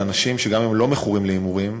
אנשים שגם אם הם לא מכורים להימורים,